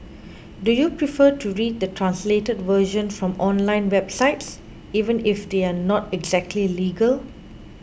do you prefer to read the translated version from online websites even if they are not exactly legal